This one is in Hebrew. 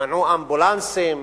שמנעו מאמבולנסים,